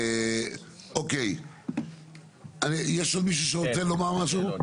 יש עוד מישהו שרוצה לומר משהו?